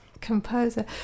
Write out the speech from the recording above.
...composer